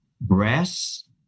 breast